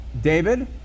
David